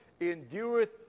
endureth